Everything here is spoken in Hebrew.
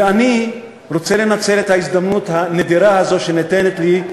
ואני רוצה לנצל את ההזדמנות הנדירה הזאת שניתנת לי,